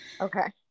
Okay